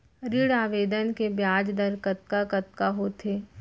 ऋण आवेदन के ब्याज दर कतका कतका होथे?